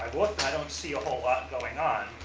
looked, i don't see a whole lot going on.